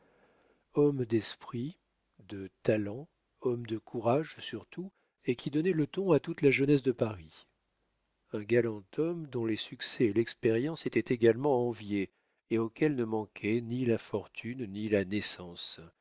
homme d'esprit de talent homme de courage surtout et qui donnait le ton à toute la jeunesse de paris un galant homme dont les succès et l'expérience étaient également enviés et auquel ne manquaient ni la fortune ni la naissance